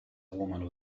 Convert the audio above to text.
woman